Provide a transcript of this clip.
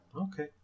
Okay